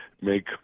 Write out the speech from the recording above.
make